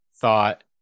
thought